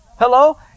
Hello